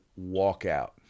walkout